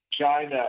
China